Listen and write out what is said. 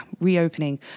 reopening